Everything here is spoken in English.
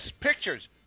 pictures